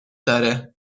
داره